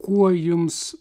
kuo jums